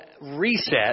Reset